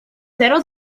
zero